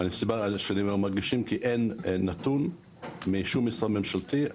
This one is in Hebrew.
הסיבה שאני אומר "מרגישים" כי אין נתון משום משרד ממשלתי,